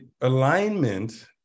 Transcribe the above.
alignment